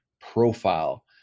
profile